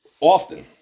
often